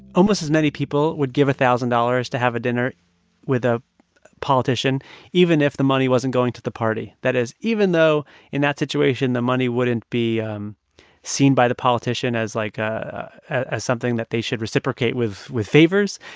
almost as many people would give a thousand dollars to have a dinner with a politician even if the money wasn't going to the party. that is, even though in that situation the money wouldn't be um seen by the politician as, like ah as something that they should reciprocate with with favors,